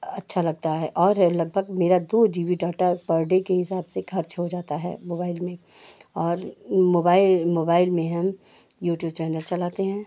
अच्छा लगता है और है लगभग मेरा दो जीबी डाटा पर डे के हिसाब से खर्च हो जाता है मोबाइल में और मोबाइल मोबाइल में हम यूट्यूब चैनल चलाते हैं